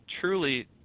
truly